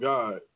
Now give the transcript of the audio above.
God